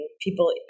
people